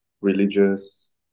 religious